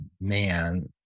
man